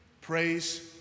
Praise